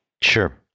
Sure